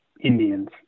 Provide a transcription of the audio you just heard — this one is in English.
Indians